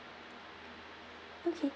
okay